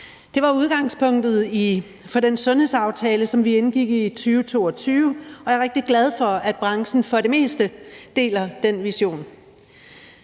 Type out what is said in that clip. Det var udgangspunktet for den sundhedsaftale, som vi indgik i 2022, og jeg er rigtig glad for, at branchen for det meste deler den vision.